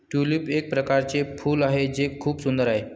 tulip एक प्रकारचे फूल आहे जे खूप सुंदर आहे